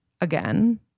Again